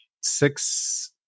six